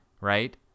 right